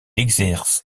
exerce